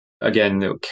again